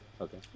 Okay